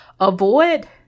avoid